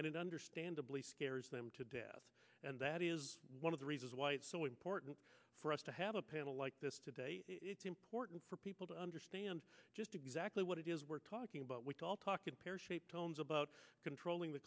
it understandably scares them to death and that is one of the reasons why it's so important for us to have a panel like this today it's important for people to understand just exactly what it is we're talking about with all talking pear shaped tones about controlling the